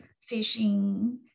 fishing